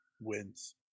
wins